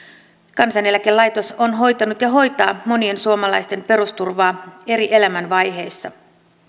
kansaneläkelaitos on hoitanut ja hoitaa monien suomalaisten perusturvaa eri elämänvaiheissa